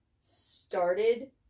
started